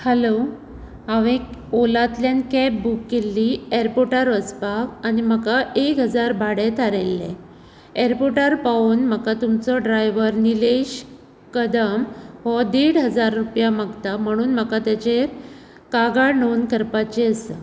hello हांवेन ओलांतल्यान cab book केल्ली ऍरपोर्टार वचपाक आनी म्हाका एक हजार भाडे थारयल्ले ऍरपोर्टार पावोन म्हाका तुमचो ड्रायव्हर निलेश कदम हो देड हजार रुपया मागता म्हणून म्हाका ताचेर कागाळ नोंद करपाची आसा